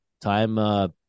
Time